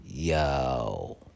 Yo